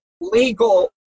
legal